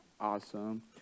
Awesome